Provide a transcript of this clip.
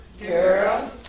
Girl